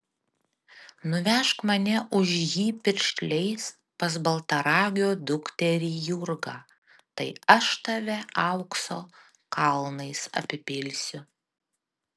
nuvežk mane už jį piršliais pas baltaragio dukterį jurgą tai aš tave aukso kalnais apipilsiu